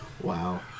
Wow